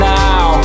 now